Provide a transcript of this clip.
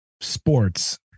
sports